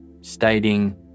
stating